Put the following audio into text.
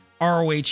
ROH